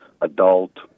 adult